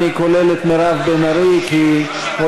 ואני כולל את מירב בן ארי כי הודיעו